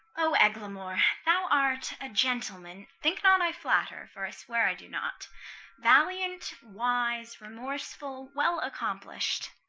o eglamour, thou art a gentleman think not i flatter, for i swear i do not valiant, wise, remorseful, well accomplish'd.